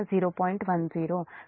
10